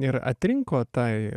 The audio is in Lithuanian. ir atrinko tai